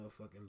motherfucking